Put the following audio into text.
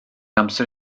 amser